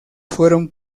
fueron